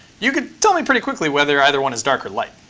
you could tell me pretty quickly whether either one is dark or light.